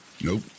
Nope